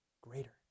greater